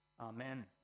Amen